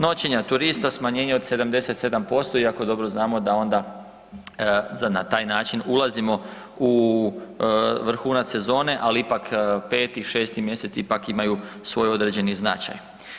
Noćenja turista smanjenje od 77%, iako dobro znamo da na taj način ulazimo u vrhunac sezone, ali ipak 5. i 6. mjesec imaju svoj određeni značaj.